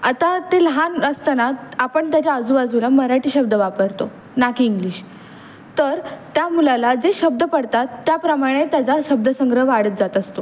आता ते लहान असताना आपण त्याच्या आजूबाजूला मराठी शब्द वापरतो ना की इंग्लिश तर त्या मुलाला जे शब्द पडतात त्याप्रमाणे त्याचा शब्दसंग्रह वाढत जात असतो